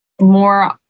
more